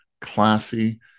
classy